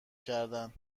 کردن